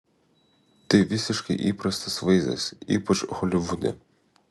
tai visiškai įprastas vaizdas ypač holivude